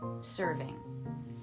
Serving